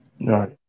Right